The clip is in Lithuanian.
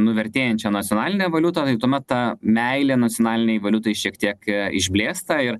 nuvertėjančią nacionalinę valiutą tai tuomet ta meilė nacionalinei valiutai šiek tiek išblėsta ir